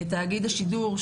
תאגיד השידור,